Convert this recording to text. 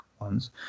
ones